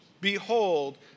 Behold